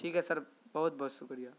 ٹھیک ہے سر بہت بہت شکریہ